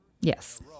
Yes